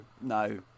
no